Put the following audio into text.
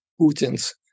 Putin's